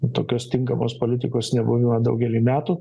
tokios tinkamos politikos nebuvimo daugelį metų